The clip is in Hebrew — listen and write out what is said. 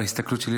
בהסתכלות שלי,